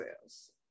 sales